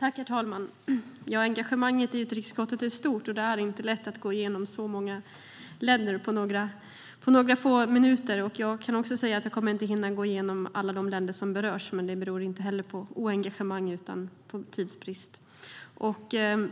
Herr talman! Engagemanget i utrikesutskottet är stort, och det är inte lätt att tala om så många länder på några få minuter. Jag kan säga att jag inte kommer att hinna tala om alla de länder som berörs här, men det beror inte på oengagemang utan på tidsbrist. Jag